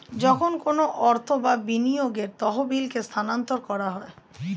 যখন কোনো অর্থ বা বিনিয়োগের তহবিলকে স্থানান্তর করা হয়